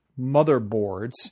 motherboards